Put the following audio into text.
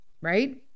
right